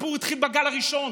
הסיפור התחיל בגל הראשון.